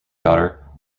daughter